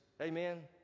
Amen